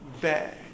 bad